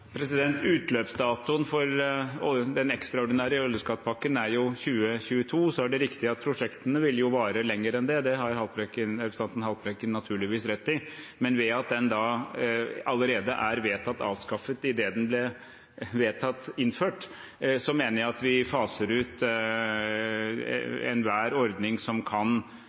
Utløpsdatoen for den ekstraordinære oljeskattepakken er 2022. Så er det riktig at prosjektene vil vare lenger enn det – det har representanten Haltbrekken naturligvis rett i – men ved at den allerede er vedtatt avskaffet idet den ble vedtatt innført, mener jeg at vi faser ut enhver ordning som